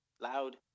loud